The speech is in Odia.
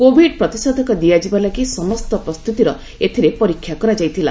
କୋବିଡ୍ ପ୍ରତିଷେଧକ ଦିଆଯିବା ଲାଗି ସମସ୍ତ ପ୍ରସ୍ତୁତିର ଏଥିରେ ପରୀକ୍ଷା କରାଯାଇଥିଲା